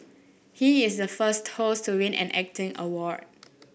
he is the first host to win an acting award